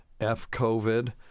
F-COVID